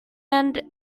end